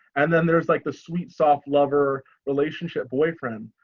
and then there's like the sweet soft lover, relationship boyfriend,